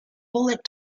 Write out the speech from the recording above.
bullet